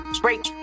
break